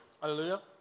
Hallelujah